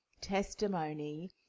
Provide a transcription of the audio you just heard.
testimony